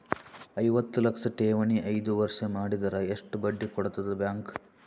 ಐವತ್ತು ಲಕ್ಷ ಠೇವಣಿ ಐದು ವರ್ಷ ಮಾಡಿದರ ಎಷ್ಟ ಬಡ್ಡಿ ಕೊಡತದ ಬ್ಯಾಂಕ್?